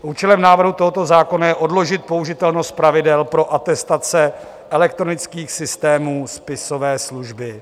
Účelem návrhu tohoto zákona je odložit použitelnost pravidel pro atestace elektronických systémů spisové služby.